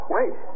Wait